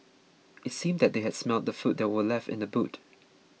it seemed that they had smelt the food that were left in the boot